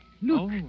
Look